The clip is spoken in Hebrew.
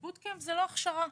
זאת לא הכשרה.